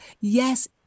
Yes